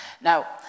Now